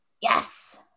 Yes